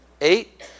Eight